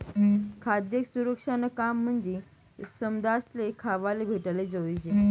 खाद्य सुरक्षानं काम म्हंजी समदासले खावाले भेटाले जोयजे